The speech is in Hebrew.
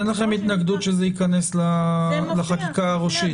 אז אין לכם התנגדות שזה ייכנס לחקיקה הראשית.